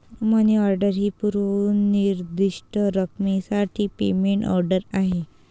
मनी order ही पूर्व निर्दिष्ट रकमेसाठी पेमेंट ऑर्डर आहे